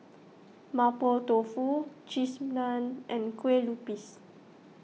Mapo Tofu Cheese Naan and Kue Lupis